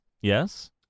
Yes